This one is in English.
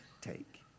Take